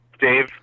Dave